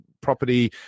property